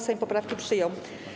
Sejm poprawki przyjął.